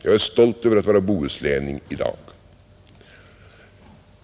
Jag är stolt över att vara bohuslänning i dag.